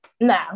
No